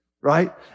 right